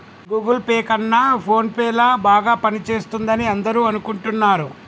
Google pay కన్నా PhonePe ల బాగా పనిచేస్తుందని అందరూ అనుకుంటున్నారు